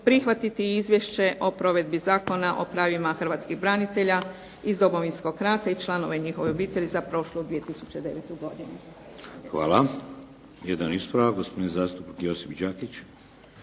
prihvatiti Izvješće o provedbi Zakona o pravima hrvatskih branitelja iz Domovinskog rata i članova njihove obitelji za prošlu 2009. godinu.